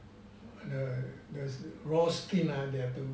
the the raw skin ah they have to